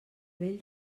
vell